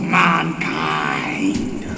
mankind